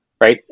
right